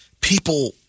People